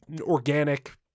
organic